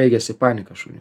baigėsi panika šuniui